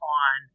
on